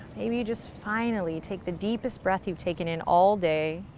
maybe you just finally take the deepest breath you've taken in all day.